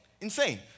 Insane